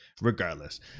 regardless